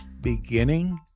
beginning